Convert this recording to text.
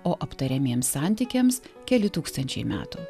o aptariamiems santykiams keli tūkstančiai metų